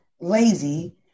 lazy